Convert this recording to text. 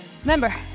Remember